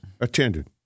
attended